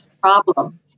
problem